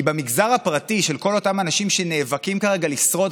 כי המגזר הפרטי של כל אותם אנשים שנאבקים כרגע לשרוד